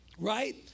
Right